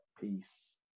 peace